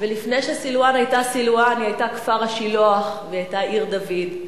ולפני שסילואן היתה סילואן היא היתה כפר-השילוח והיא היתה עיר-דוד,